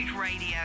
Radio